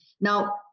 Now